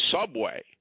subway